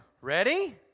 ready